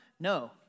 No